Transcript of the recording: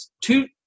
two